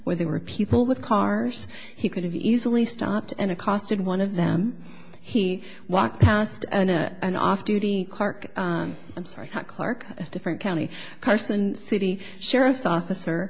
where there were people with cars he could have easily stopped and accosted one of them he walked past and an off duty clark i'm sorry clark different county carson city sheriff's officer